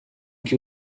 que